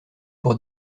pour